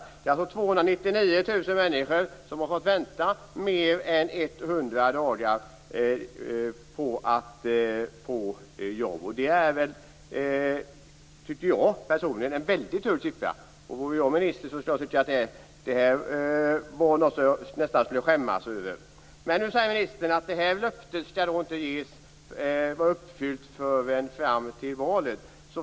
Det är alltså 299 000 människor som har fått vänta i mer än 100 dagar på att få jobb. Det är en väldigt hög siffra, tycker jag personligen. Vore jag minister skulle det vara något som jag nästan skulle skämmas över. Nu säger ministern att löftet inte skall vara uppfyllt förrän fram till valet.